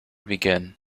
begin